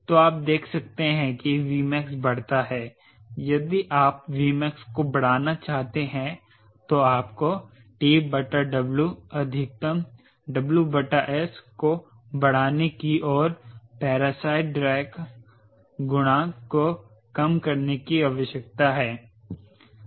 तो आप देख सकते हैं कि Vmax बढ़ता है यदि आप Vmax को बढ़ाना चाहते हैं तो आपको TW अधिकतम WS को बढ़ाने की और पैरासाइट ड्रैग गुणांक को कम करने की आवश्यकता है